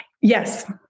Yes